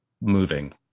moving